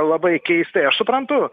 labai keistai aš suprantu